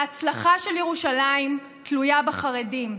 ההצלחה של ירושלים תלויה בחרדים.